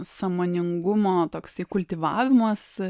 sąmoningumo toksai kultivavimas